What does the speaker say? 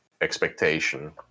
expectation